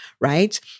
right